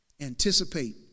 anticipate